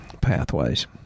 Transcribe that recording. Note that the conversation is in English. pathways